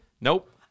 Nope